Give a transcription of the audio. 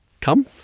come